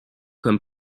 comme